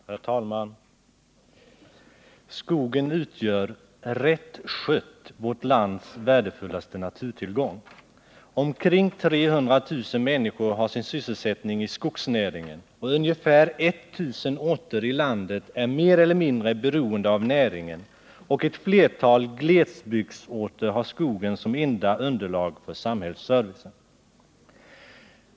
Herr talman! Skogen utgör — rätt skött — vårt lands värdefullaste naturtillgång. Omkring 300 000 människor har sin sysselsättning inom skogsnäringen, och ungefär 1 000 orter i landet är mer eller mindre beroende av skogsnäringen. Vidare har ett flertal glesbygdsorter skogen som enda underlag för samhällsservice.